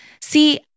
See